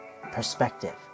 perspective